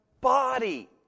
body